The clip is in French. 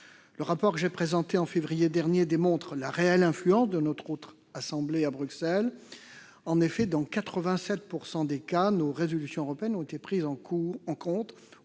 Le rapport que j'ai présenté au mois de février dernier démontre la réelle influence de la Haute Assemblée à Bruxelles. En effet, dans 87 % des cas, nos résolutions européennes ont été prises en compte